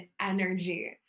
energy